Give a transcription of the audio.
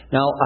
Now